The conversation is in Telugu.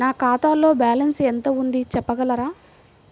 నా ఖాతాలో బ్యాలన్స్ ఎంత ఉంది చెప్పగలరా?